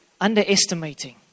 underestimating